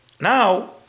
now